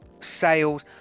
sales